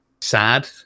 sad